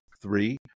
three